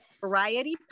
variety